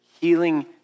healing